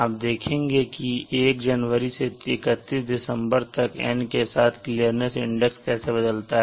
आप देखेंगे कि 1 जनवरी से 31 दिसंबर तक N के साथ क्लियरनेस इंडेक्स कैसे बदलता है